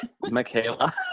Michaela